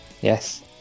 Yes